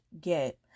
get